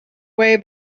way